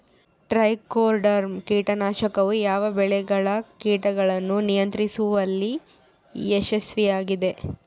Trichoderma ಕೇಟನಾಶಕವು ಯಾವ ಬೆಳೆಗಳ ಕೇಟಗಳನ್ನು ನಿಯಂತ್ರಿಸುವಲ್ಲಿ ಯಶಸ್ವಿಯಾಗಿದೆ?